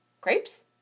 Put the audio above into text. Crepes